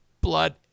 blood